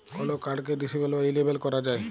call কাড়কে disable বা enable ক্যরা যায়